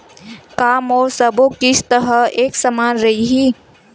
का मोर सबो किस्त ह एक समान रहि?